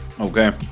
Okay